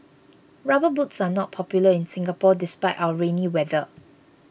rubber boots are not popular in Singapore despite our rainy weather